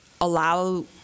allow